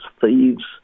thieves